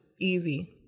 easy